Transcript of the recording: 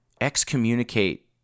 excommunicate